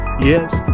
Yes